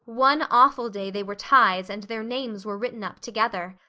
one awful day they were ties and their names were written up together.